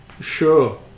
Sure